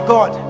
God